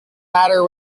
matter